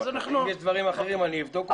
אם יש דברים אחרים אני אבדוק אותם.